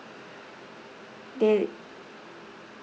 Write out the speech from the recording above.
they